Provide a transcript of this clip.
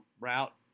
route